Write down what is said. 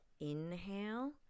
Inhale